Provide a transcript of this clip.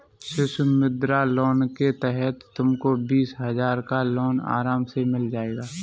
शिशु मुद्रा लोन के तहत तुमको बीस हजार का लोन आराम से मिल जाएगा